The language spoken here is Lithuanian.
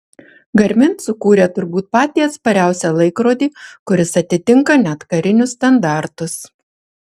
garmin sukūrė turbūt patį atspariausią laikrodį kuris atitinka net karinius standartus